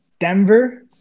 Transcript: Denver